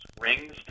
rings